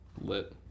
Lit